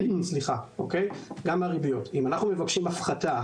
אם אנחנו מבקשים הפחתה,